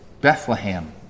Bethlehem